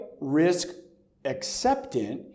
risk-acceptant